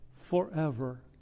forever